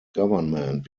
government